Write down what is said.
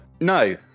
No